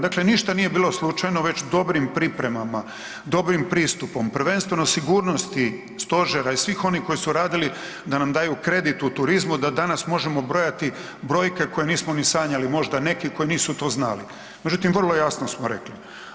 Dakle, ništa nije bilo slučajno već dobrim pripremama, dobrim pristupom, prvenstveno sigurnosti stožera i svih onih koji su radili da nam daju kredit u turizmu da danas možemo brojati brojke koje nismo ni sanjali, možda neki koji nisu to znali, međutim vrlo jasno smo rekli.